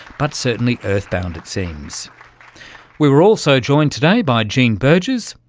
but certainly earth-bound it seems. we were also joined today by jean burgess,